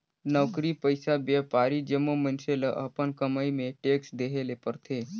नउकरी पइसा, बयपारी जम्मो मइनसे ल अपन कमई में टेक्स देहे ले परथे